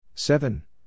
Seven